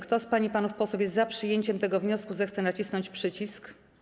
Kto z pań i panów posłów jest za przyjęciem tego wniosku, zechce nacisnąć przycisk.